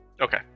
Okay